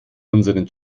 unseren